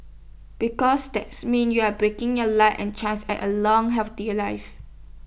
because that's mean you're breaking your luck and chances at A long healthy life